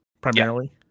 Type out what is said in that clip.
Primarily